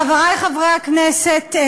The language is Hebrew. חברי חברי הכנסת,